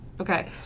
Okay